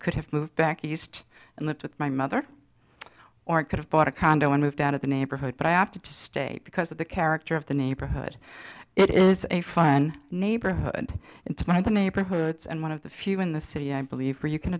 could have moved back east and the my mother or it could have bought a condo and moved out of the neighborhood but i opted to stay because of the character of the neighborhood it is a fun neighborhood into my the neighborhoods and one of the few in the city i believe